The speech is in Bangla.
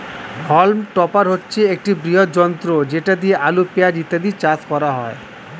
হল্ম টপার হচ্ছে একটি বৃহৎ যন্ত্র যেটা দিয়ে আলু, পেঁয়াজ ইত্যাদি চাষ করা হয়